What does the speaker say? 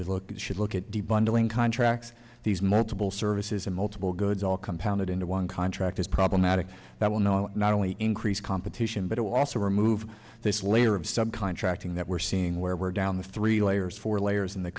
would look at should look at the bundling contracts these multiple services and multiple goods all compounded into one contract is problematic that will know not only increase competition but also remove this layer of sub contracting that we're seeing where we're down the three layers four layers in the